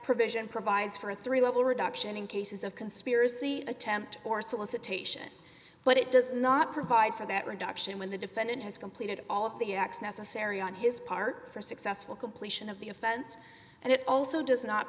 provision provides for a three level reduction in cases of conspiracy attempt or solicitation but it does not provide for that reduction when the defendant has completed all of the acts necessary on his part for successful completion of the offense and it also does not